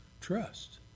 trust